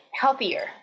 healthier